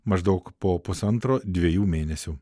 maždaug po pusantro dviejų mėnesių